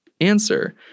answer